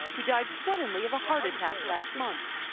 who died suddenly of a heart attack last month.